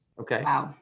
Okay